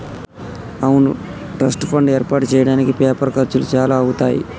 అవును trust fund ఏర్పాటు చేయడానికి పేపర్ ఖర్చులు చాలా అవుతాయి